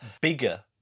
bigger